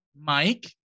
Mike